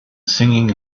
singing